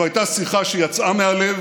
זו הייתה שיחה שיצאה מהלב